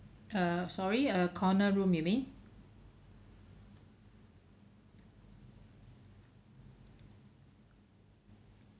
uh sorry a corner room you mean